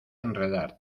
enredar